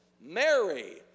Mary